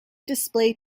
display